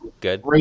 good